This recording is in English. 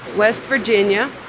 west virginia.